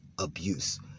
Abuse